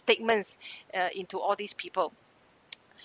statements uh into all these people